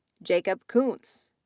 jacob koontz,